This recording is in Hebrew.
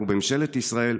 אנחנו בממשלת ישראל,